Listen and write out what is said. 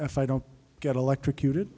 if i don't get electrocuted